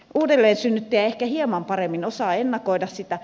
uudelleensynnyttäjä ehkä hieman paremmin osaa ennakoida sitä